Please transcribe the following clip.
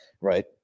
right